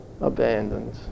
abandoned